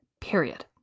Period